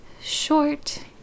short